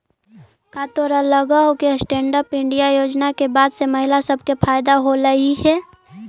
का तोरा लग हो कि स्टैन्ड अप इंडिया योजना के बाद से महिला सब के फयदा होलई हे?